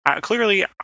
clearly